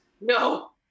No